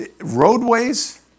roadways